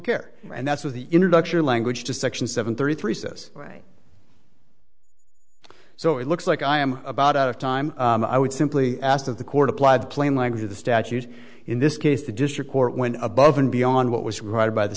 care and that's where the introduction of language to section seven thirty three says so it looks like i am about out of time i would simply asked of the court applied plain language of the statute in this case the district court went above and beyond what was right by the